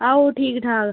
अ'ऊं ठीक ठाक